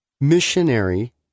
missionary